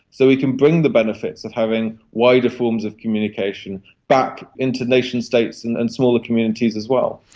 so we can bring the benefits of having wider forms of communication back into nationstates and and smaller communities as well.